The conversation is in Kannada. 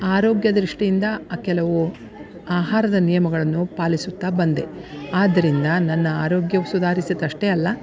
ಆರೋಗ್ಯ ದೃಷ್ಟಿಯಿಂದ ಕೆಲವು ಆಹಾರದ ನಿಯಮಗಳನ್ನು ಪಾಲಿಸುತ್ತಾ ಬಂದೆ ಆದ್ದರಿಂದ ನನ್ನ ಆರೋಗ್ಯವು ಸುಧಾರಿಸಿತಷ್ಟೇ ಅಲ್ಲ